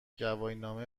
گواهینامه